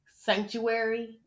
sanctuary